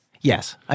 Yes